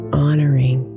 honoring